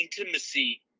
intimacy